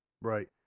Right